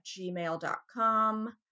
gmail.com